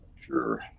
Sure